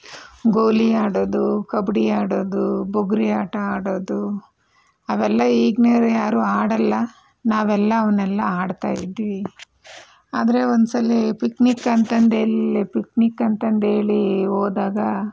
ಗೋಲಿ ಆಡೋದು ಕಬಡ್ಡಿ ಆಡೋದು ಬುಗುರಿ ಆಟ ಆಡೋದು ಅವೆಲ್ಲ ಈಗಿನವ್ರು ಯಾರೂ ಆಡೋಲ್ಲ ನಾವೆಲ್ಲ ಅವನ್ನೆಲ್ಲ ಆಡ್ತಾಯಿದ್ವಿ ಆದರೆ ಒಂದ್ಸಲ ಪಿಕ್ನಿಕ್ ಅಂತಂದೆಲ್ಲಿ ಪಿಕ್ನಿಕ್ ಅಂತಂಧೇಳಿ ಹೋದಾಗ